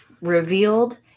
revealed